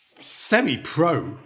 semi-pro